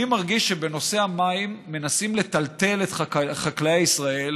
אני מרגיש שבנושא המים מנסים לטלטל את חקלאי ישראל: